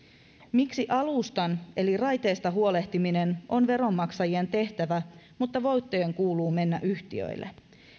miksi alustasta eli raiteesta huolehtiminen on veronmaksajien tehtävä mutta voittojen kuuluu mennä yhtiöille